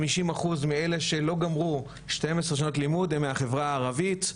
חמישים אחוז מאלה שלא גמרו שתיים עשרה שנות לימוד הם מהחברה הערבית,